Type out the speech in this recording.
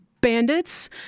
bandits